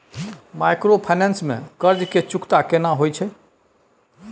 Microfinance में कर्ज के चुकता केना होयत छै?